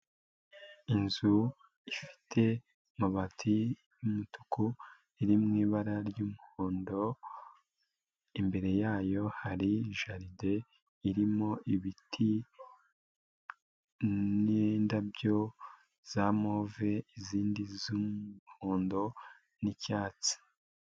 Inzu ifite amabati y'umutuku iri mu ibara ry'umuhondo, imbere yayo hari jaride irimo ibiti n'indabyo za move, izindi z'umuhondo n'icyatsi.